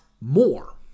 more